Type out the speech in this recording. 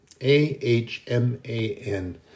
A-H-M-A-N